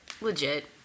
legit